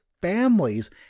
families